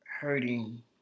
hurting